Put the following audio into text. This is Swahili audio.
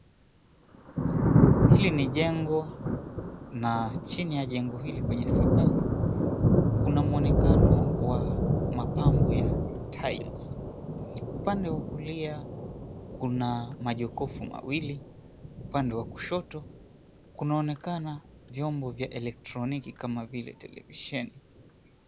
Hili ni jengo na chini ya jengo hili kwenye sakafu kuna mwonekano wa mapambo ya tiles . Upande wa kulia kuna majokofu mawili, upande wa kushoto kunaonekana vyombo vya electroniki kama vile televisheni.